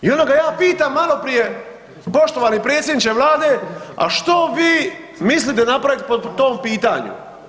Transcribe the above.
I onda ga ja pitam maloprije poštovani predsjedniče vlade, a što vi mislite napravit po tom pitanju?